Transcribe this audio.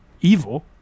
evil